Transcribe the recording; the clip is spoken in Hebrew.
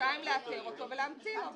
כחודשיים לאתר אותו ולהמציא לו.